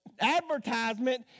Advertisement